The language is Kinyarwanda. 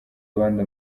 abandi